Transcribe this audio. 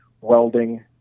welding